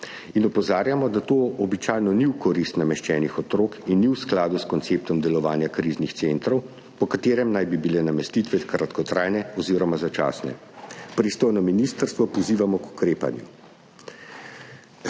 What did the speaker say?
in opozarjamo, da to običajno ni v korist nameščenih otrok in ni v skladu s konceptom delovanja kriznih centrov, po katerem naj bi bile namestitve kratkotrajne oziroma začasne. Pristojno ministrstvo pozivamo k ukrepanju.